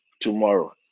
Tomorrow